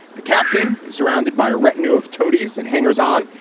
the captain is surrounded by a retinue of toadies and hangers on.